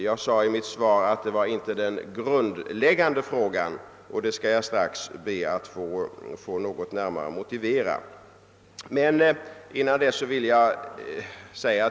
Jag sade i mitt svar att det inte var den grundläggande frågan, och det påståendet skall jag strax närmare motivera.